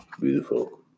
Beautiful